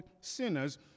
sinners